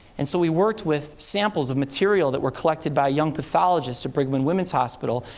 and so we worked with samples of material that were collected by young pathologists at brigham and women's hospital.